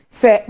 se